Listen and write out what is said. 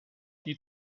die